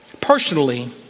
Personally